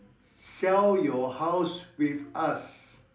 sell your house with us